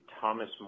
Thomas